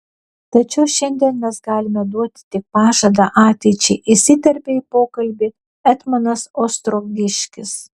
tačiau šiandien mes galime duoti tik pažadą ateičiai įsiterpė į pokalbį etmonas ostrogiškis